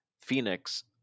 Phoenix